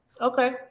okay